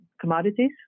commodities